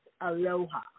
aloha